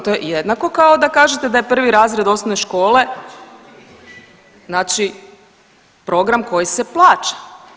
To je jednako kao da kažete da je prvi razred osnovne škole, znači program koji se plaća.